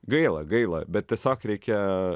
gaila gaila bet tiesiog reikia